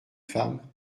femme